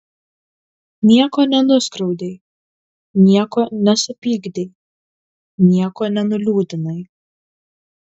nieko nenuskriaudei nieko nesupykdei nieko nenuliūdinai